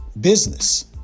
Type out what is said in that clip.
business